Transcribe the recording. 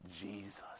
jesus